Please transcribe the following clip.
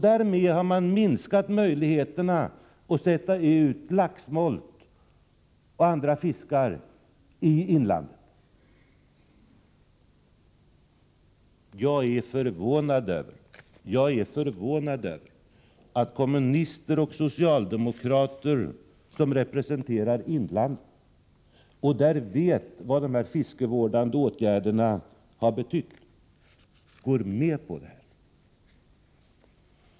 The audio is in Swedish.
Därmed har man minskat möjligheterna att sätta ut laxsmolt och annan fisk i inlandsvattnen. Jag är förvånad över att kommunister och socialdemokrater, som representerar inlandet och vet vad de fiskevårdande åtgärderna där har betytt, går med på detta.